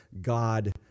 God